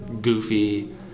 goofy